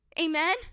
amen